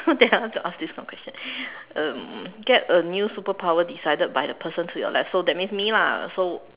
then I have to ask this kind of question um get a new superpower decided by the person to your left that means me lah so